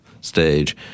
stage